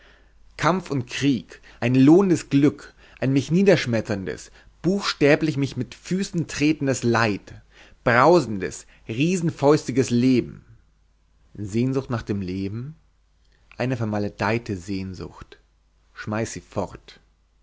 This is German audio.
kampf und krieg ein lohendes glück ein mich niederschmetterndes buchstäblich mich mit füßen tretendes leid brausendes riesenfäustiges leben sehnsucht nach dem leben eine vermaledeite sehnsucht schmeiß sie fort